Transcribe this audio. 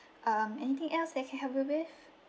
um anything else that I can help you with